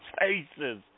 faces